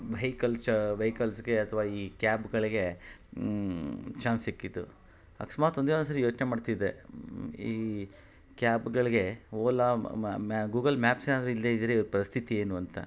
vehicles ವೆಹಿಕಲ್ಸ್ಗೆ ಅಥ್ವಾ ಈ ಕ್ಯಾಬ್ಗಳಿಗೆ ಚಾನ್ಸ್ ಸಿಕ್ಕಿದ್ದು ಅಕಸ್ಮಾತ್ ಒಂದೇ ಒಂದು ಸರಿ ಯೋಚನೆ ಮಾಡ್ತಿದ್ದೆ ಈ ಕ್ಯಾಬ್ಗಳಿಗೆ ಓಲಾ ಮ್ಯಾ ಗೂಗಲ್ ಮ್ಯಾಪ್ಸ್ ಏನಾದರು ಇಲ್ಲದೆ ಇದ್ದರೆ ಇವ್ರ ಪರಿಸ್ಥಿತಿ ಏನು ಅಂತ